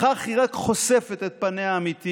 בכך היא רק חושפת את פניה האמיתיות